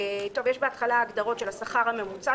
יש בהתחלה הגדרות של "השכר הממוצע",